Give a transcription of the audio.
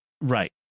Right